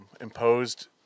imposed